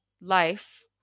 life